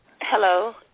Hello